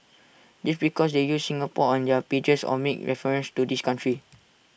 just because they use Singapore on their pages or make references to this country